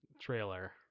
trailer